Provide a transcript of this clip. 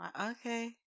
Okay